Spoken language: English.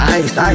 ice